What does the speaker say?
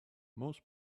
most